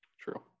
True